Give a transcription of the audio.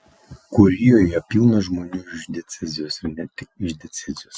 kurijoje pilna žmonių iš diecezijos ir ne tik iš diecezijos